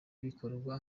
bikorwa